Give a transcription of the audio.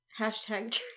Hashtag